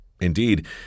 Indeed